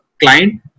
client